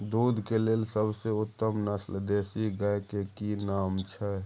दूध के लेल सबसे उत्तम नस्ल देसी गाय के की नाम छै?